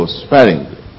sparingly